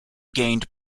gained